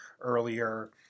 earlier